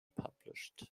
published